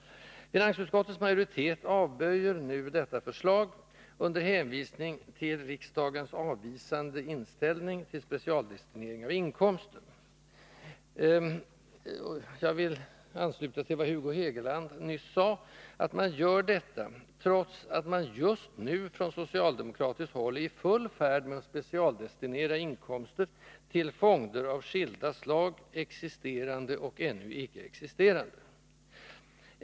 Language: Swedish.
Finansutskottets majoritet avböjer nu detta förslag under hänvisning till riksdagens avvisande inställning till specialdestinering av inkomster. Jag vill ansluta till vad Hugo Hegeland nyss sade, att utskottet gör detta trots att man just nu från socialdemokratiskt håll är i full färd med att specialdestinera inkomster till fonder av skilda slag, existerande och ännu icke existerande.